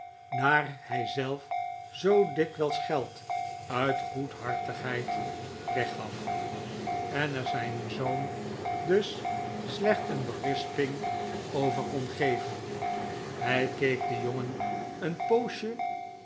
daar hij zelf zoo dikwijls geld uit goedhartigheid weggaf en er zijn zoon dus slecht een berisping over kon geven hij keek den jongen een poosje